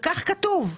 וכך כתוב: